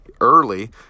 early